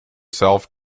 self